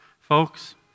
Folks